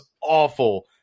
awful